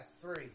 three